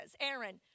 Aaron